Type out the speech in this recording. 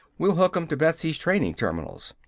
we'll hook em to betsy's training-terminals.